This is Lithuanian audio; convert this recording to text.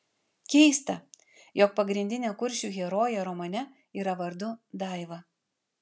keista jog pagrindinė kuršių herojė romane yra vardu daiva